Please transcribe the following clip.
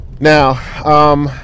Now